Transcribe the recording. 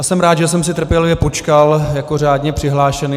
Jsem rád, že jsem si trpělivě počkal jako řádně přihlášený.